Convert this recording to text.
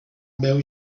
veu